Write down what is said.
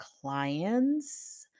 clients